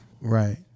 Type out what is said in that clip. Right